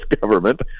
government